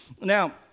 Now